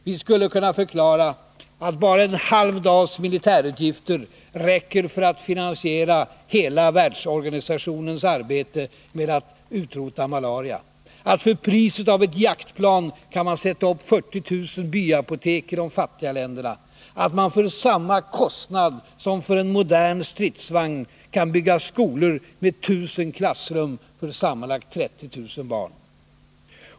Vi skulle kunna förklara att bara en halv dags militärutgifter räcker för att finansiera hela Världshälsoorganisationens arbete med att utrota malaria; att för priset på ett jaktplan kan man sätta upp 40 000 byapotek i de fattiga länderna; att man för samma kostnad som för en modern stridsvagn kan bygga skolor med 1000 klassrum för sammanlagt 30 000 barn.